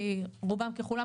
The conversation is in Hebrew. רובם ככולם,